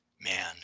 man